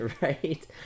right